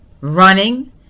running